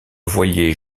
voilier